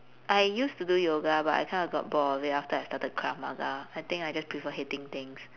I used to do yoga but I kind of got bored of it after I started krav-maga I think I just preferred hitting things